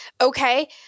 Okay